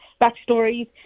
backstories